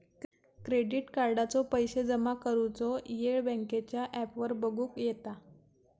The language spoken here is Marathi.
क्रेडिट कार्डाचो पैशे जमा करुचो येळ बँकेच्या ॲपवर बगुक येता